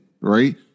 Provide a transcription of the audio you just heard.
right